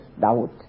doubt